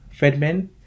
Fedman